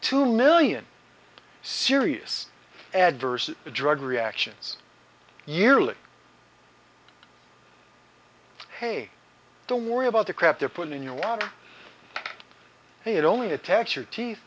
two million serious adverse drug reactions yearly hey don't worry about the crap they're put in your wallet it only attacks your teeth